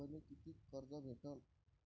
मले कितीक कर्ज भेटन?